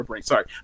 sorry